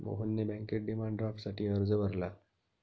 मोहनने बँकेत डिमांड ड्राफ्टसाठी अर्ज भरला